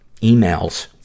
emails